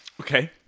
Okay